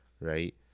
right